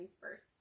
first